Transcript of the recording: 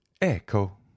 Echo